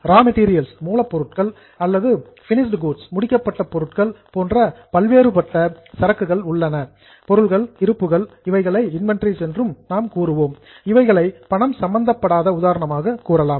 ரா material மூலப்பொருட்கள் அல்லது finished goods முடிக்கப்பட்ட பொருட்கள் போன்ற பல்வேறுபட்ட இன்வெண்டரி சரக்குகள் அல்லது பொருள் இருப்புகள் இவைகளை பணம் சம்பந்தப்படாத உதாரணமாகக் கூறலாம்